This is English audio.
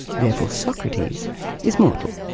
therefore socrates is mortal.